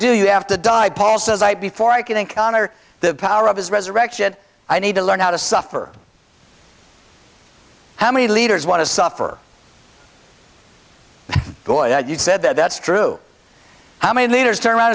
do you have to die paul says i before i can encounter the power of his resurrection i need to learn how to suffer how many leaders want to suffer you said that's true how many leaders turn around